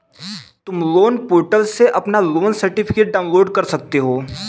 तुम loan portal से अपना लोन सर्टिफिकेट डाउनलोड कर सकते हो